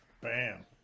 Bam